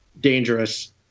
dangerous